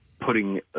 putting